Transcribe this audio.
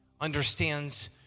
understands